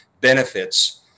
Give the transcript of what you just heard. benefits